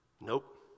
Nope